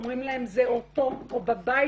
אומרים להם, זה או פה או בבית.